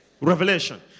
revelation